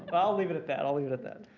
i'll leave it at that. i'll leave it at that.